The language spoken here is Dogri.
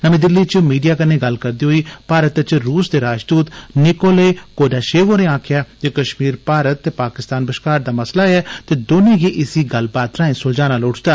नमीं दिल्ली च भीडिया कन्नै गल्ल करदे होई भारत च रूस दे राजदूत निकोले कुदाशेव होरे आक्खेआ जे कश्मीर भारत ते पाकिस्तान बश्कार दा मसला ऐ ते दौने गी इसी गल्लबात राए सुलझाना लोड़चदा